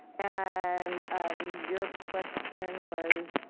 and your question was?